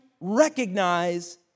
recognize